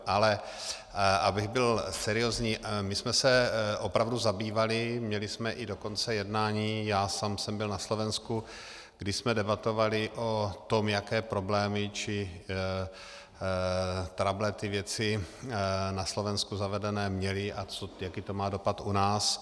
Ale abych byl seriózní, my jsme se opravdu zabývali, měli jsme dokonce i jednání, já sám jsem byl na Slovensku, kdy jsme debatovali o tom, jaké problémy či trable ty věci na Slovensku zavedené měly a jaký to má dopad u nás.